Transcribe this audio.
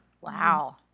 Wow